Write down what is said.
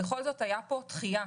בכל זאת הייתה פה דחייה,